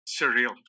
surreal